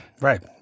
Right